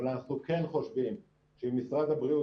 אבל אנחנו כן חושבים שאם משרד הבריאות